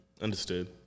Understood